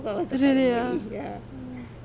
usually ah